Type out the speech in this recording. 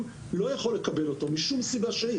לא יכול לקבל אותו משום סיבה שהיא,